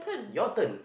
your turn